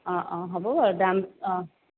অঁ অঁ হ'ব বাৰু দাম অঁ